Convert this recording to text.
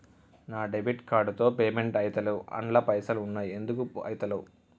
నా debit card తో payment ఐతలేవ్ అండ్ల పైసల్ ఉన్నయి ఎందుకు ఐతలేవ్?